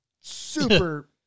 Super